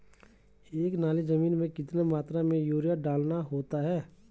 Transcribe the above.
एक नाली जमीन में कितनी मात्रा में यूरिया डालना होता है?